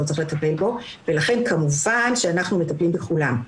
צריך לטפל בו ולכן כמובן שאנחנו מטפלים בכולם,